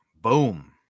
Boom